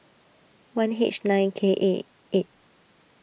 one H nine K A eight